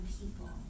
people